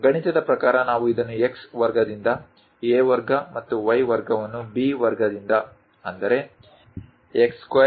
ಗಣಿತದ ಪ್ರಕಾರ ನಾವು ಇದನ್ನು x ವರ್ಗದಿಂದ a ವರ್ಗ ಮತ್ತು y ವರ್ಗವನ್ನು ಬಿ ವರ್ಗದಿಂದ i